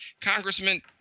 Congressman